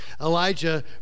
Elijah